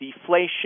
deflation